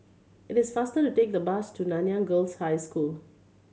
it is faster to take the bus to Nanyang Girls' High School